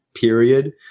period